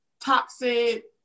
toxic